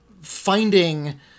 finding